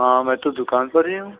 हाँ मैं तो दुकान पर ही हूँ